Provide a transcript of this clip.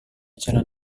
jalan